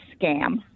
scam